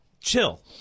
chill